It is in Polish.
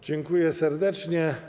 Dziękuję serdecznie.